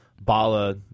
Bala